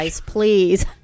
please